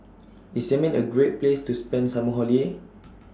IS Yemen A Great Place to spend Summer Holiday